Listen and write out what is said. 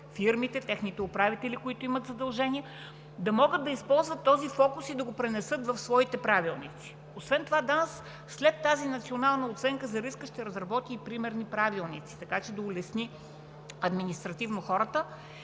фирмите, техните управители, които имат задължение, да могат да използват този фокус и да го пренесат в своите правилници. Освен това Държавна агенция „Национална сигурност“ след тази национална оценка за риска ще разработи примерно правилници, така че да улесни административно хората